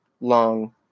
long